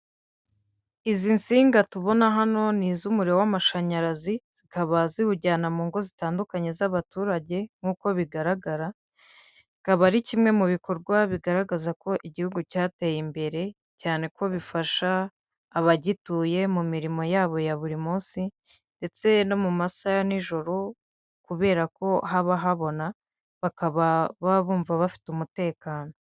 Izi nsinga tubona hano ni iz'umuriro w'amashanyarazi zikaba ziwujyana mu ngo zitandukanye z'abaturage nk'uko bigaragara, akaba ari kimwe mu bikorwa bigaragaza ko igihugu cyateye imbere, cyane ko bifasha abagituye mu mirimo yabo ya buri munsi, ndetse no mu masaha ya n'ijoro kubera ko haba habona bakaba bumva bafite umutekano.